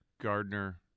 Gardner